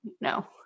No